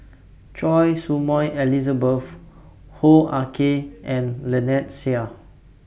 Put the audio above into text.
Choy Su Moi Elizabeth Hoo Ah Kay and Lynnette Seah